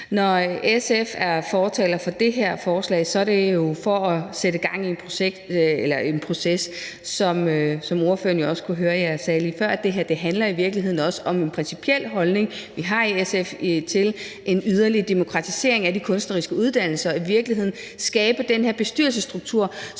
Når SF er fortaler for det her forslag, er det jo for at sætte gang i en proces. Som ordføreren jo også kunne høre jeg sagde lige før, så handler det her i virkeligheden også om en principiel holdning, vi har i SF, til en yderligere demokratisering af de kunstneriske uddannelser og i virkeligheden til at skabe den her bestyrelsesstruktur,